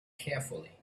carefully